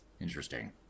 Interesting